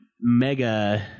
mega